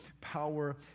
power